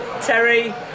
Terry